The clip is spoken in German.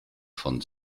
von